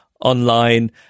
online